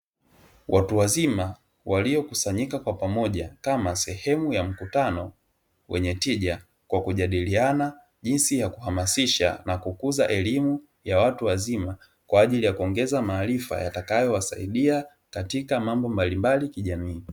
Watu wazima waliokusanyika kwa pamoja kama sehemu ya mkutano wenye tija, kwa kujadiliana jinsi ya kuhamasisha na kukuza elimu ya watu wazima; kwa ajili ya kuongeza maarifa yatakayo wasaidia katika mambo mbalimbali kijamii.